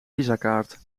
visakaart